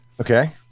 Okay